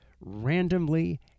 randomly